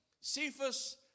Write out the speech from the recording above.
Cephas